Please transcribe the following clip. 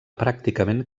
pràcticament